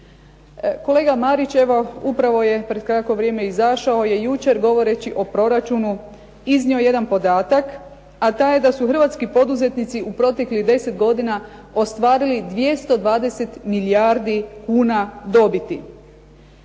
Kolega Marić, evo upravo je pred kratko vrijeme izašao, je jučer govoreći o proračunu iznio jedan podatak, a taj je da su hrvatski poduzetnici u proteklih deset godina ostvarili 220 milijardi kuna dobiti.